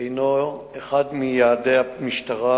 הינו אחד מיעדי המשטרה.